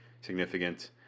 significant